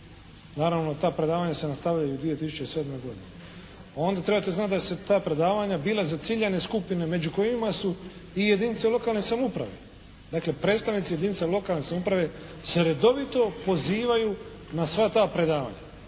naravno ta predavanja se nastavljaju i u 2007. godini onda trebate znati da su ta predavanja bila za ciljane skupine među kojima su i jedinice lokalne samouprave. Dakle, predstavnici jedinica lokalne samouprave se redovito pozivaju na sva ta predavanja,